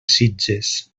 sitges